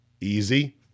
easy